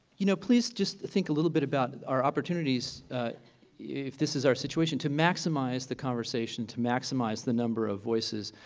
you know please just think a little bit about our opportunities if this is our situation to maximize the conversation, to maximize the number of voices.